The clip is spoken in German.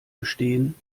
gestehen